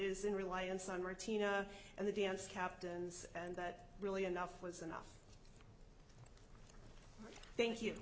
is in reliance on routine and the dance captains and that really enough was enough thank you